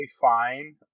fine